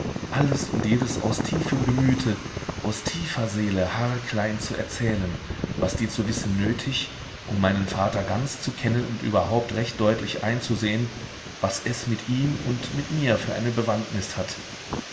alles und jedes aus tiefem gemüte aus tiefer seele haarklein zu erzählen was dir zu wissen nötig um meinen vater ganz zu kennen und überhaupt recht deutlich einzusehen was es mit ihm und mit mir für eine bewandtnis hat